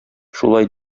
шулай